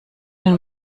den